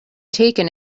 taken